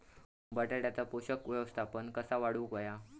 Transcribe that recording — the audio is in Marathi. बटाट्याचा पोषक व्यवस्थापन कसा वाढवुक होया?